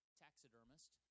taxidermist